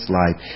life